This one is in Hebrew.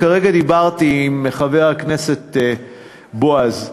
כרגע דיברתי עם חבר הכנסת בועז,